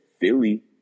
Philly